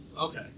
Okay